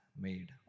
made